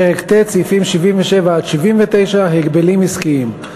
פרק ט', סעיפים 77 79, הגבלים עסקיים.